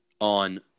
on –